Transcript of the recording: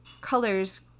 colors